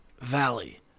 Valley